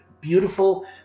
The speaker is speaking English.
Beautiful